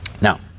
Now